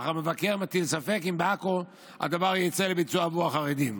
אך המבקר מטיל ספק אם בעכו הדבר יצא לביצוע עבור החרדים.